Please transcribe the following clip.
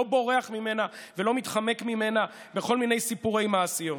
לא בורח ממנה ולא מתחמק ממנה בכל מיני סיפורי מעשיות.